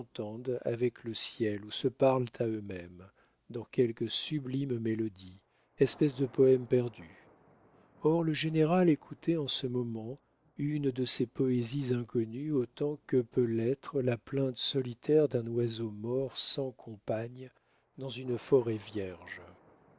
avec le ciel ou se parlent à eux-mêmes dans quelque sublime mélodie espèce de poème perdu or le général écoutait en ce moment une de ces poésies inconnues autant que peut l'être la plainte solitaire d'un oiseau mort sans compagne dans une forêt vierge